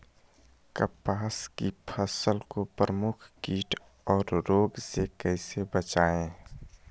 कपास की फसल को प्रमुख कीट और रोग से कैसे बचाएं?